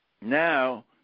Now